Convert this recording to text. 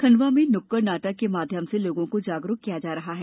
खंडवा में नुक्कड़ नाटक के माध्यम से लोगों को जागरूक किया जा रहा है